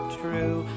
true